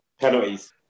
Penalties